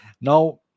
Now